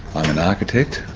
i'm an architect.